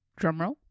drumroll